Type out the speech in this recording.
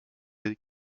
îles